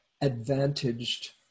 advantaged